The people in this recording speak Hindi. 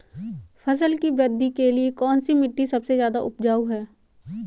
फसल की वृद्धि के लिए कौनसी मिट्टी सबसे ज्यादा उपजाऊ है?